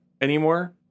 anymore